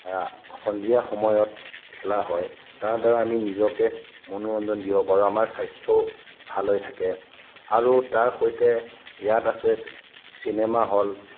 সন্ধিয়া সময়ত খেলা হয় তাৰদ্বাৰা আমি নিজকে মনোৰঞ্জন দিব পাৰোঁ আমাৰ স্বাস্থ্যও ভাল হৈ থাকে আৰু তাৰ সৈতে ইয়াত আছে চিনেমাহল